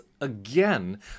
again